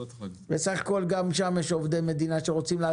בסך הכול גם שם יש עובדי מדינה שרוצים לעשות טוב.